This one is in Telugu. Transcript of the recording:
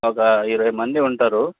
ఒక ఇరవై మంది ఉంటారు